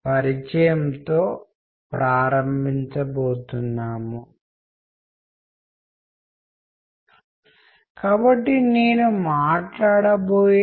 మీ weekly quiz ప్రశ్నలతో పాటు మార్కుల పరంగా వీటికి కొంత వెయిటేజీ ఉంటుంది